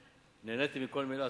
נהניתי מכל מלה,